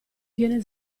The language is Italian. viene